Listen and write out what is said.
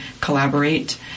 collaborate